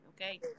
okay